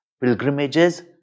pilgrimages